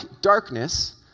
darkness